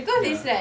ya